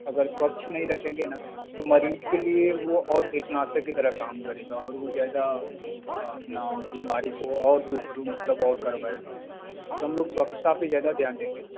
अगर स्वच्छ नहीं रखेंगे ना तो मरीज़ के लिए वो और कीटनाशक की तरह काम करेगा और वो ज़्यादा अपना बीमारी को और रूबरू मतलब और करवाएगा तो हम लोग स्वच्छता पर ज़्यादा ध्यान देते हैं